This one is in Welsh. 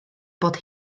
bod